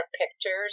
pictures